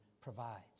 provides